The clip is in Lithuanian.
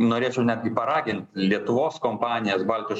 norėčiau netgi paragint lietuvos kompanijas baltijos